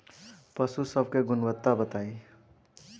पशु सब के गुणवत्ता बताई?